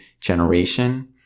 generation